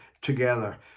together